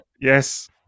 Yes